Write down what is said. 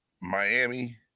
Miami –